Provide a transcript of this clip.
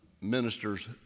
ministers